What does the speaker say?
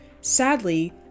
Sadly